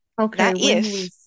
Okay